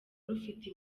rufite